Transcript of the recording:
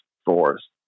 stores